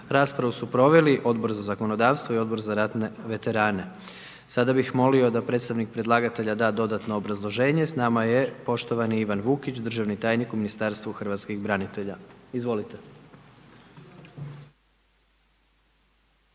Raspravu su proveli Odbor za zakonodavstvo i Odbor za ratne veterane. Sada bih molio da predstavnik predlagatelja da dodatno obrazloženje. S nama je poštovani Ivan Vukić, državni tajnik u Ministarstvu hrvatskih branitelja. Izvolite.